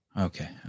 Okay